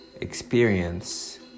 experience